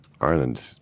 Ireland